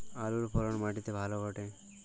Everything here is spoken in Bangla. আলুর ফলন মাটি তে ভালো ঘটে?